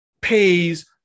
pays